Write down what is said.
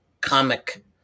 comic